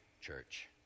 Church